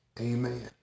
Amen